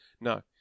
No